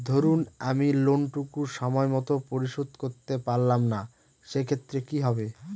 ধরুন আমি লোন টুকু সময় মত পরিশোধ করতে পারলাম না সেক্ষেত্রে কি হবে?